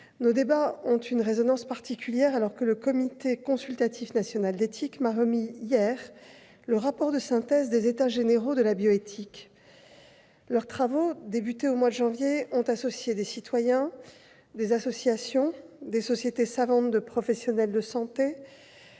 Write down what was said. Nos débats ont une résonance particulière, alors que le Comité consultatif national d'éthique, le CCNE, m'a remis hier le rapport de synthèse des états généraux de la bioéthique. Leurs travaux, qui ont débuté au mois de janvier, ont associé des citoyens, des associations, des sociétés savantes de professionnels de santé,